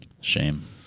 Shame